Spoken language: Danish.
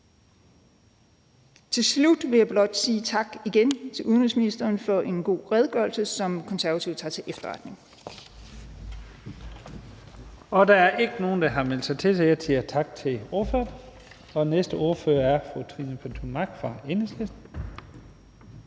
Til slut vil jeg blot sige tak, igen, til udenrigsministeren for en god redegørelse, som Konservative tager til efterretning.